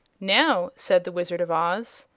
now, said the wizard of oz,